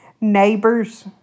neighbors